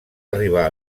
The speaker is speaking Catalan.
arribar